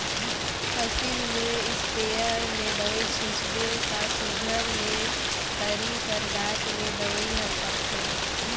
फसिल में इस्पेयर ले दवई छींचबे ता सुग्घर ले तरी कर जात ले दवई हर परथे